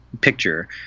picture